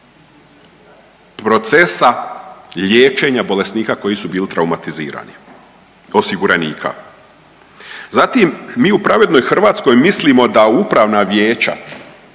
procesa liječenja bolesnika koji su bili traumatizirani. Osiguranika. Zatim, mi u pravednoj Hrvatskoj mislimo da upravna vijeća,